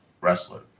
wrestler